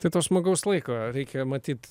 tai to smagaus laiko reikia matyt